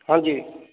ਹਾਂਜੀ